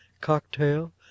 cocktail